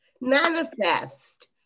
Manifest